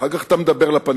אחר כך אתה מדבר לפאנל.